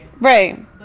Right